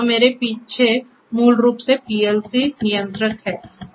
तो मेरे पीछे मूल रूप से पीएलसी नियंत्रक है